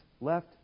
left